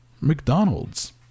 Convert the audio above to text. McDonald's